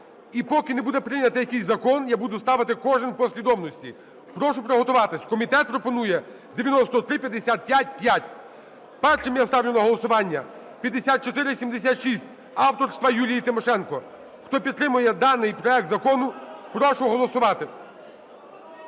І поки не буде прийнятий якийсь закон, я буду ставити кожен у послідовності. Прошу приготуватися. Комітет пропонує 9355-5. Першим я ставлю на голосування 5476 авторства Юлії Тимошенко. Хто підтримує даний проект Закону, прошу голосувати.